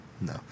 No